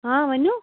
آ ؤنِو